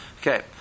Okay